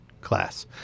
class